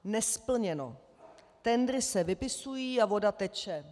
Nesplněno, tendry se vypisují a voda teče.